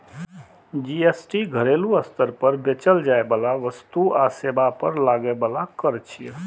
GST घरेलू स्तर पर बेचल जाइ बला वस्तु आ सेवा पर लागै बला कर छियै